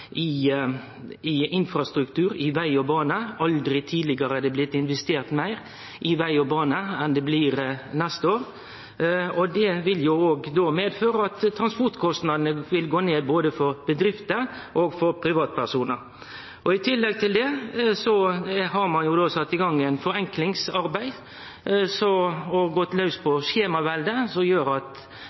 i infrastruktur, i veg og bane. Aldri tidlegare har det blitt investert meir i veg og bane enn det blir neste år, og det vil då medføre at transportkostnadene vil gå ned, både for bedrifter og for privatpersonar. I tillegg til det har ein sett i gang eit forenklingsarbeid og gått laus på skjemaveldet. Det vil gi ytterlegare forbetringar for bedrifter og gjere at